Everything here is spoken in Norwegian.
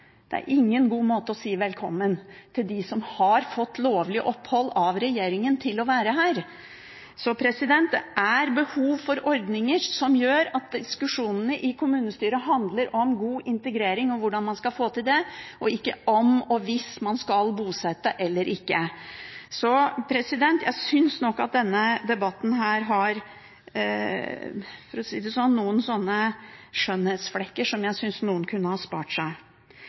Det er ingen god måte å si velkommen på til dem som har fått lovlig opphold av regjeringen og skal være her. Så det er behov for ordninger som gjør at diskusjonene i kommunestyret handler om god integrering og hvordan man skal få til det, og ikke om og hvis man skal bosette eller ikke. Denne debatten har – for å si det sånn – noen skjønnhetsflekker som jeg synes noen kunne ha spart seg